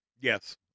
Yes